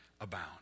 abound